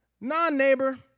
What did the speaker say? non-neighbor